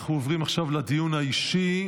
אנחנו עוברים עכשיו לדיון האישי.